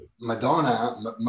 Madonna